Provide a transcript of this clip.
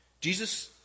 Jesus